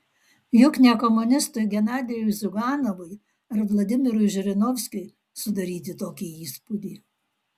juk ne komunistui genadijui ziuganovui ar vladimirui žirinovskiui sudaryti tokį įspūdį